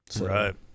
Right